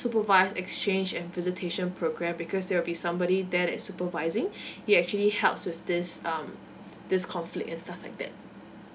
supervise exchange and visitation programme because there'll be somebody there that's supervising it actually helps with this um this conflict and stuff like that